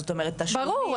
זאת אומרת- ברור,